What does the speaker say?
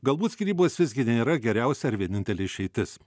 galbūt skyrybos visgi nėra geriausia ir vienintelė išeitis